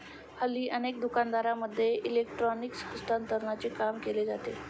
हल्ली अनेक दुकानांमध्ये इलेक्ट्रॉनिक हस्तांतरणाचे काम केले जाते